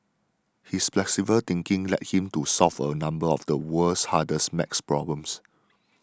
his flexible thinking led him to solve a number of the world's harder math problems